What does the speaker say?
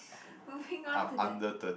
moving on to the